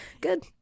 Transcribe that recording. Good